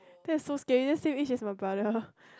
that's so scary that is same age as my brother